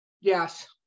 Yes